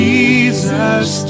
Jesus